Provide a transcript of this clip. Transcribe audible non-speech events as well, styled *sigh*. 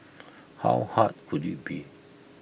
*noise* how hard could IT be